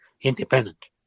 independent